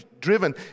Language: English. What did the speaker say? driven